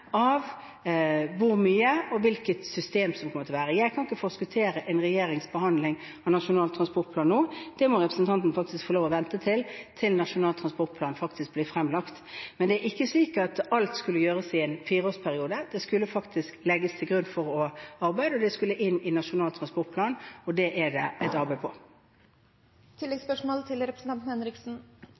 av hvor mye og hvilket system det kommer til å bli. Jeg kan ikke forskuttere regjeringens behandling av Nasjonal transportplan nå. Representanten må vente til Nasjonal transportplan blir fremlagt. Men det er ikke slik at alt skulle gjøres i en fireårsperiode. Det skulle legges et grunnlag for arbeidet, og det skulle inn i Nasjonal transportplan – og det arbeidet er i gang. Når det gjelder innfartsveien E8 til Tromsø, var det første regjeringa gjorde, å sette til